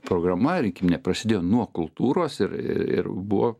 programa rinkiminė prasidėjo nuo kultūros ir ir buvo